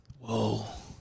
whoa